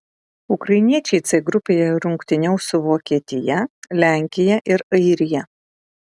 ukrainiečiai c grupėje rungtyniaus su vokietija lenkija ir airija